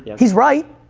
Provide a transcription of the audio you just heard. he's right,